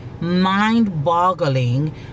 mind-boggling